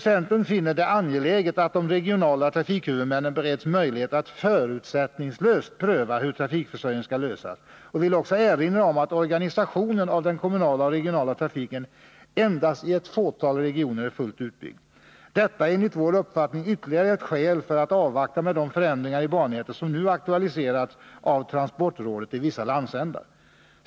Centern finner det vidare angeläget att de regionala trafikhuvudmännen bereds möjlighet att förutsättningslöst pröva hur trafikförsörjningsproblemet skall lösas och vill också erinra om att organisationen av den kommunala och regionala trafiken endast i ett fåtal regioner är fullt utbyggd. Detta är enligt vår uppfattning ytterligare ett skäl för att avvakta med de förändringar ibannätet som nu aktualiserats i vissa landsändar av transportrådet.